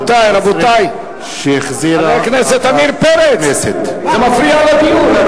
רבותי, חברי הכנסת, עמיר פרץ, זה מפריע לדיון.